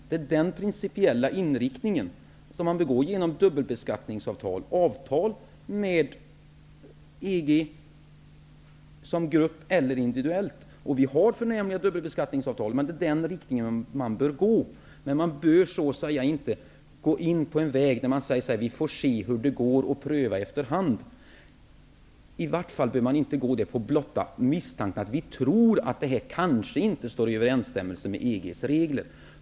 Det är den principiella inriktningen som man bör ha i dubbelbeskattningsavtal och i avtal med EG, som grupp eller enskilda länder. Vi har också förnämliga dubbelbeskattningsavtal, men vi bör inte gå in på den vägen där vi säger, att vi får se hur det går och pröva efter hand. I varje fall bör vi inte göra det på blotta misstanken att vi tror att det kanske inte står i överensstämmelse med EG:s regler.